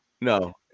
no